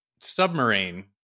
submarine